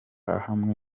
ahamwe